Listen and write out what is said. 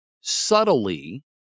subtly